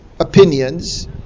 Opinions